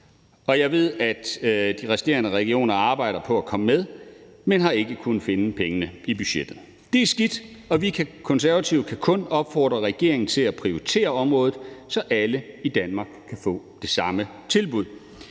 Jeg ved, at de resterende regioner arbejder på at komme med, men ikke har kunnet finde pengene i budgettet. Det er skidt, og vi Konservative kan kun opfordre regeringen til at prioritere området, så alle i Danmark kan få det samme tilbud.